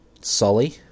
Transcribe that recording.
sully